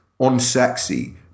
unsexy